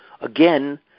Again